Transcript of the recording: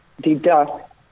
deduct